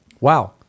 Wow